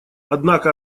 однако